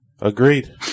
Agreed